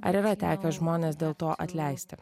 ar yra tekę žmones dėl to atleisti